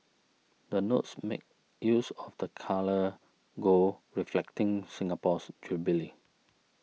the notes make use of the colour gold reflecting Singapore's jubilee